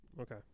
Okay